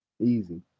Easy